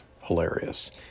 hilarious